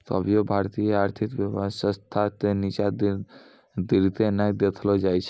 कभियो भारतीय आर्थिक व्यवस्था के नींचा गिरते नै देखलो जाय छै